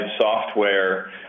software